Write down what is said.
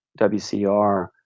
WCR